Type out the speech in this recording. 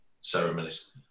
ceremonies